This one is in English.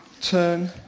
turn